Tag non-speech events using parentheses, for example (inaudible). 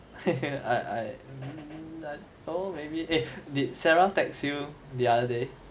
(laughs) I I~ oh maybe eh did sarah text you the other day